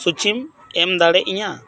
ᱥᱩᱪᱤᱢ ᱮᱢ ᱫᱟᱲᱮ ᱤᱧᱟ